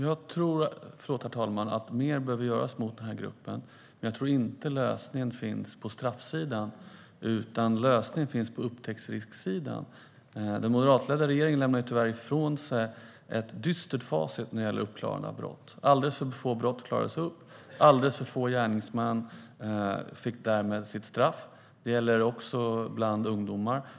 Herr talman! Jag tror att mer behöver göras när det gäller denna grupp. Men jag tror inte att lösningen finns på straffsidan utan att lösningen finns på upptäcktsrisksidan. Den moderatledda regeringen lämnade tyvärr ifrån sig ett dystert facit när det gäller uppklaring av brott. Alldeles för få brott klarades upp, och alldeles för få gärningsmän fick därmed sitt straff. Det gäller också bland ungdomar.